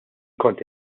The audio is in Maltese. kont